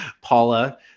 Paula